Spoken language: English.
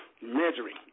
measuring